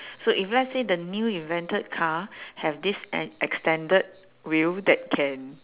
so if let's say the new invented car have this an extended wheel that can